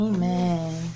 Amen